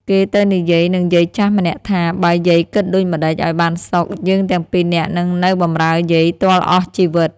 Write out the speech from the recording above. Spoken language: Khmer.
គេទៅនិយាយនឹងយាយចាស់ម្នាក់ថា "បើយាយគិតដូចម្តេចឲ្យបានសុខ យើងទាំងពីរនាក់នឹងនៅបម្រើយាយ ទាល់អស់ជីវិត" ។